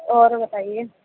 اور بتائیے